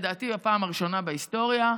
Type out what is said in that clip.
לדעתי בפעם הראשונה בהיסטוריה?